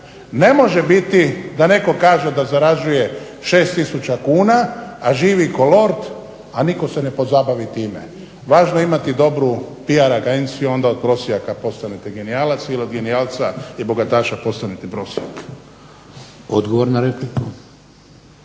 ne može biti da netko kaže da zarađuje 6000 kuna a živi ko lord, a nitko se ne pozabavi time. Važno je imati dobru PR agenciju, onda od prosjaka postanete genijalac ili od genijalca i bogataša postanete prosjak. **Šeks,